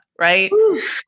right